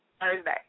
Thursday